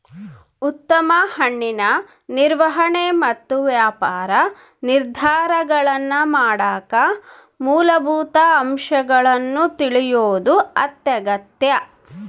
ಉತ್ತಮ ಹಣ್ಣಿನ ನಿರ್ವಹಣೆ ಮತ್ತು ವ್ಯಾಪಾರ ನಿರ್ಧಾರಗಳನ್ನಮಾಡಕ ಮೂಲಭೂತ ಅಂಶಗಳನ್ನು ತಿಳಿಯೋದು ಅತ್ಯಗತ್ಯ